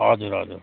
हजुर हजुर